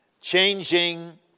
Changing